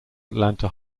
atlanta